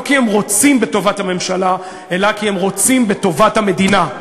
לא כי הם רוצים בטובת הממשלה אלא כי הם רוצים בטובת המדינה.